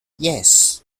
yes